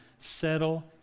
settle